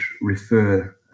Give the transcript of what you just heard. refer